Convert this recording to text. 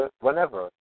whenever